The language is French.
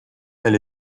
elle